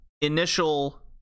initial